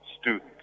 students